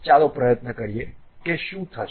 ચાલો પ્રયત્ન કરીએ કે શું થશે